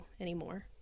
anymore